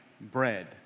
bread